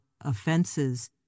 offenses